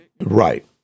Right